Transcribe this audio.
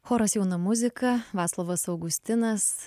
choras jauna muzika vaclovas augustinas